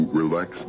relax